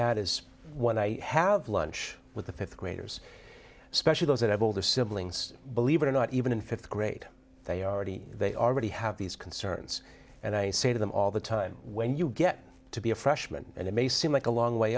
add is what i have lunch with the th graders especially those that have older siblings believe it or not even in th grade they already they already have these concerns and i say to them all the time when you get to be a freshman and it may seem like a long way